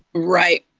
right.